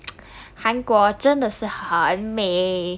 韩国真的是很美